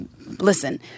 listen